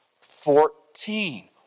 Fourteen